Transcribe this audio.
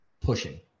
pushing